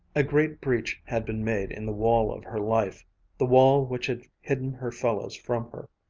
a great breach had been made in the wall of her life the wall which had hidden her fellows from her.